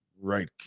right